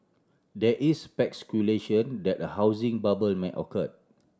there is speculation that a housing bubble may occur